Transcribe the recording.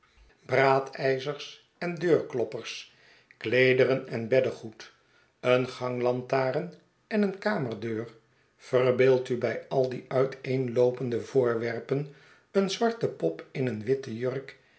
braadijzers en deurkloppers kleederen en beddengoed een ganglantaarn en een kamerdeur verbeeld u bij al die uiteenloopende voorwerpen een zwarte pop in een witte jurk